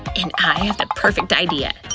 and i have the perfect idea.